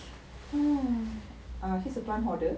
hmm um he's a plant hoarder